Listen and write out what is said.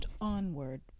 onward